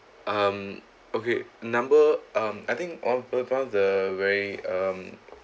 um okay number um I think what about the very um